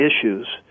issues